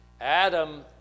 Adam